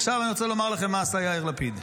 עכשיו אני רוצה לומר לכם מה עשה יאיר לפיד.